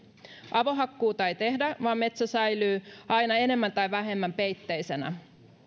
avohakkuuta ei tehdä vaan metsä säilyy aina enemmän tai vähemmän peitteisenä